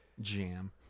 Jam